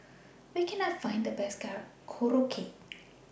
Where Can I Find The Best Korokke